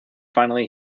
finally